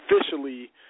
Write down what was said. officially